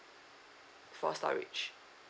for storage